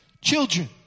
Children